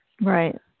Right